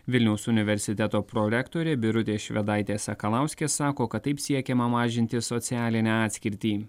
vilniaus universiteto prorektorė birutė švedaitė sakalauskė sako kad taip siekiama mažinti socialinę atskirtį